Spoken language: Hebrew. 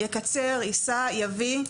יקצר, ייסע, יביא.